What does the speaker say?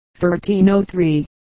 1303